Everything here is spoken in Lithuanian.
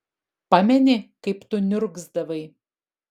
pameni kaip tu niurgzdavai